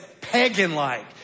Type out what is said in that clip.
pagan-like